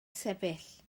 sefyll